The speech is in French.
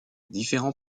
différents